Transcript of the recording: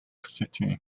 city